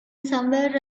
somewhere